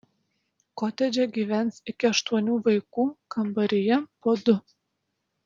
kotedže gyvens iki aštuonių vaikų kambaryje po du